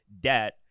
debt